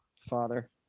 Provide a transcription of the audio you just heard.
Father